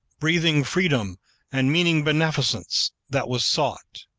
breathing freedom and meaning beneficence, that was sought.